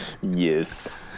yes